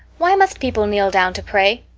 why must people kneel down to pray?